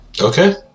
Okay